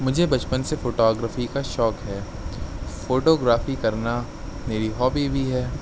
مجھے بچپن سے فوٹوگرافی کا شوق ہے فوٹوگرافی کرنا میری ہابی بھی ہے